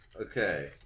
okay